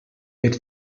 per